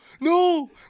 no